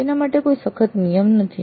તેના માટે કોઈ સખત નિયમ નથી